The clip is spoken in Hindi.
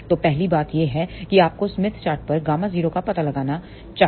तो पहली बात यह है कि आपको स्मिथ चार्ट पर Γ0 का पता लगाना चाहिए